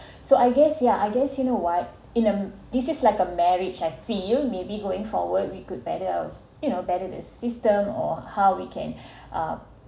so I guess yeah I guess you know what in em~ this is like a marriage I feel maybe going forward we could better else you know better the system or how we can uh